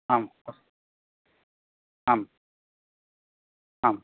आम् अस्तु आम् आम्